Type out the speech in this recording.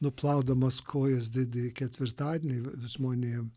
nuplaudamas kojas didįjį ketvirtadienį žmonėm